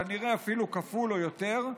כנראה אפילו כפול או יותר,